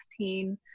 2016